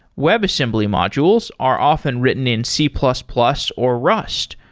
webassembly modules are often written in c plus plus or rust,